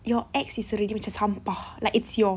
your ex is already macam sampah like it's your